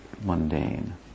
mundane